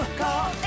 call